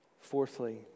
Fourthly